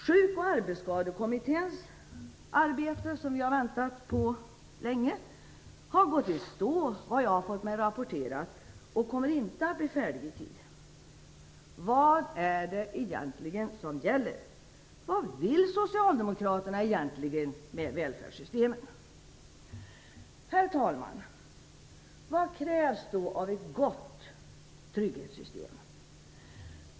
Sjuk och arbetsskadekommitténs arbete, som vi har väntat på länge, har gått i stå vad jag fått mig rapporterat, och kommer inte att bli färdigt i tid. Vad är det egentligen som gäller? Vad vill Socialdemokraterna egentligen med välfärdssystemen? Herr talman! Vad krävs då av ett gott trygghetssystem?